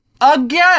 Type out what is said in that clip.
Again